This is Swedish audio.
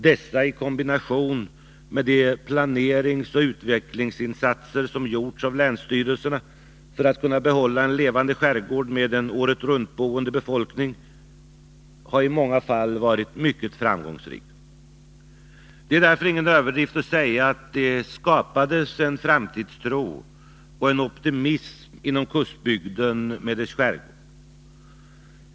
Dessa åtgärder, i kombination med de planeringsoch utvecklingsinsatser som gjorts av länsstyrelserna för att kunna behålla en levande skärgård med en året runt boende befolkning, har i många fall varit mycket framgångsrika. Det är därför ingen överdrift att säga att det skapades framtidstro och optimism inom kustbygden med dess skärgård.